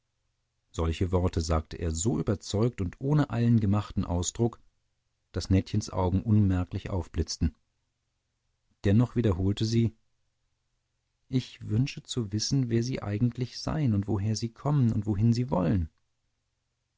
solche worte sagte er so überzeugt und ohne allen gemachten ausdruck daß nettchens augen unmerklich aufblitzten dennoch wiederholte sie ich wünsche zu wissen wer sie eigentlich seien und woher sie kommen und wohin sie wollen